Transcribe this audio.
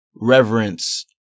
reverence